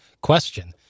Question